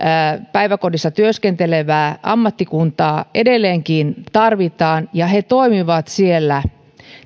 päiväkodissa työskentelevää ammattikuntaa edelleenkin tarvitaan ja he toimivat siellä